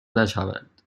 نشوند